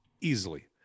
easily